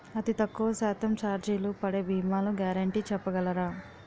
అతి తక్కువ శాతం ఛార్జీలు పడే భీమాలు గ్యారంటీ చెప్పగలరా?